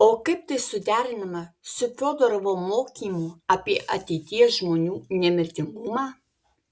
o kaip tai suderinama su fiodorovo mokymu apie ateities žmonių nemirtingumą